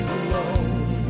alone